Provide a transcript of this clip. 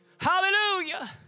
hallelujah